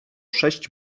sześć